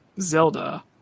Zelda